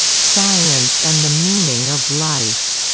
science and the meaning of life,